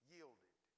Yielded